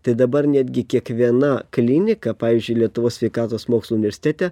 tai dabar netgi kiekviena klinika pavyzdžiui lietuvos sveikatos mokslų universitete